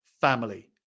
family